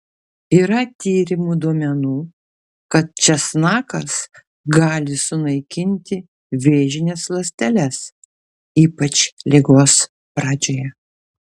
yra tyrimų duomenų kad česnakas gali sunaikinti vėžines ląsteles ypač ligos pradžioje